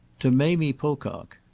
to mamie pocock.